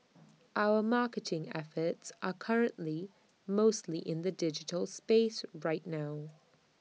our marketing efforts are currently mostly in the digital space right now